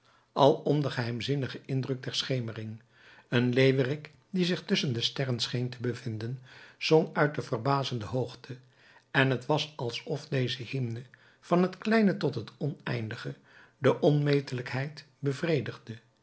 grasscheuten alom de geheimzinnige indruk der schemering een leeuwerik die zich tusschen de sterren scheen te bevinden zong uit de verbazende hoogte en t was alsof deze hymne van het kleine tot het oneindige de onmetelijkheid bevredigde